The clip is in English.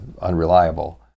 unreliable